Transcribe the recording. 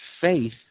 faith